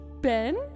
Ben